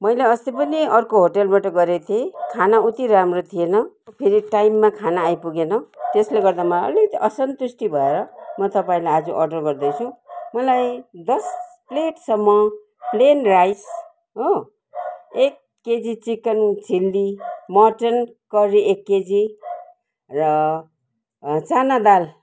मैले अस्ति पनि अर्को होटलबाट गरेको थिएँ खाना उति राम्रो थिएन फेरि टाइममा खाना आइपुगेन त्यसले गर्दा मलाई अलिकति असन्तुष्टि भएर म तपाईँलाई आज अर्डर गर्दैछु मलाई दस प्लेटसम्म प्लेन राइस हो एक केजी चिकन चिल्ली मटनकरी एक केजी र चाना दाल